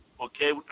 okay